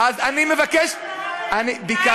אז אני מבקש, אין ארבעה פוליטיקאים, אני ביקשתי,